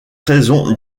raison